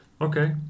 Okay